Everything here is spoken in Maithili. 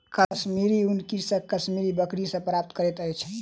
कश्मीरी ऊन कृषक कश्मीरी बकरी सॅ प्राप्त करैत अछि